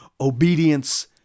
obedience